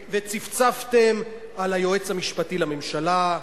וצפצפתם על היועץ המשפטי לממשלה,